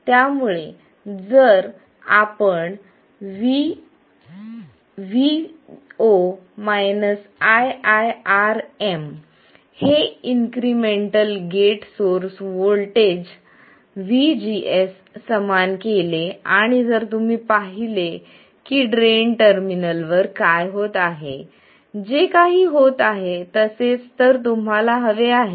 त्यामुळे जर आपण vo iiRm हे incremental gate source voltage vgs समान केले आणि जर तुम्ही पाहिले की ड्रेन टर्मिनल वर काय होत आहे जे काही होत आहे तसेच तर तुम्हाला हवे आहे